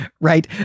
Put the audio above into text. right